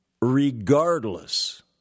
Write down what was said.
regardless